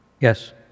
Yes